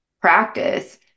practice